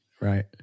Right